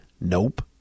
Nope